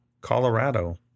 Colorado